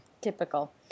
Typical